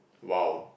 !wow!